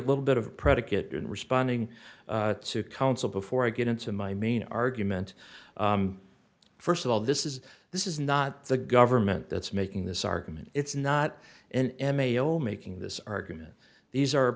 little bit of a predicate in responding to counsel before i get into my main argument first of all this is this is not the government that's making this argument it's not an m a o making this argument these are